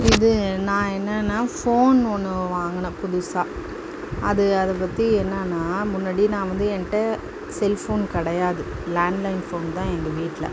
இது நான் என்னென்னா ஃபோன் ஒன்று வாங்கினேன் புதுசாக அது அதை பற்றி என்னென்னா முன்னாடி நான் வந்து என்கிட்ட செல் ஃபோன் கிடையாது லேன் லைன் ஃபோன் தான் எங்கள் வீட்டில்